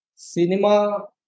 Cinema